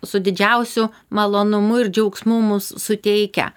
su didžiausiu malonumu ir džiaugsmu mus suteikia